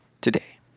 today